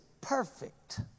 perfect